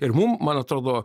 ir mum man atrodo